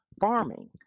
farming